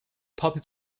puppy